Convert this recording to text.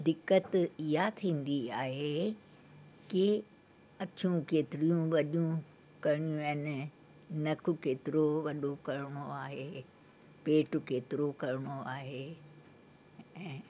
दिक़तु ईअं थींदी आहे की अखियूं केतिरियूं वॾियूं करणियूं आहिनि नक केतिरो वॾो करीणो आहे पेट केतिरो करिणो आहे ऐं